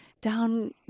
Down